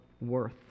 worth